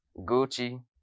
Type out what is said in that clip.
Gucci